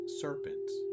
serpents